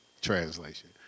Translation